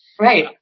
Right